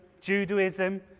Judaism